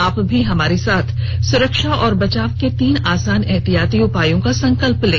आप भी हमारे साथ सुरक्षा और बचाव के तीन आसान एहतियाती उपायों का संकल्प लें